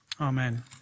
Amen